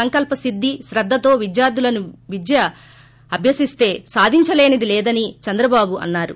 సంకల్ప సిద్ది శ్రద్దతో విద్యార్థులు విద్యను అభ్యసిస్తే సాధించలోనిది లేదని చంధ్రబాబు అన్నారు